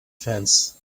fence